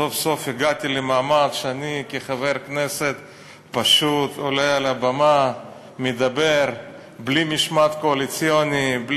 סוף-סוף הגעתי למעמד שאני עולה על הבמה כחבר כנסת פשוט,